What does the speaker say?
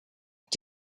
het